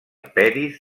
peris